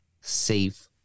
safe